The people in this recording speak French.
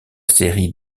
série